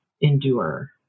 endure